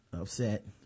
upset